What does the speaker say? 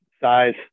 Size